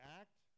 act